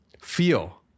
feel